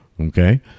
okay